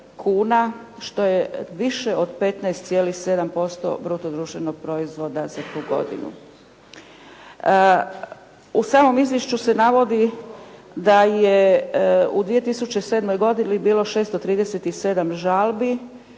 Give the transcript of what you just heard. što je više od 15.7% bruto društvenog proizvoda za tu godinu. U samom izvješću se navodi da je u 2007. godini bilo 637 žalbi